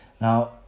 Now